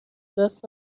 دست